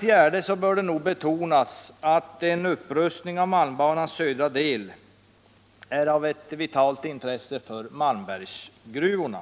Vidare bör det nog betonas att en upprustning av malmbanans södra del är av ett vitalt intresse för Malmbergsgruvorna.